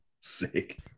Sick